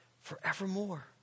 forevermore